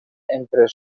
entre